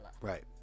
Right